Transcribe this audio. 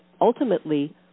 ultimately